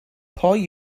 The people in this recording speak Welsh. pwy